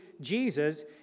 Jesus